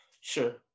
sure